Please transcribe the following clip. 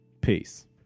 Peace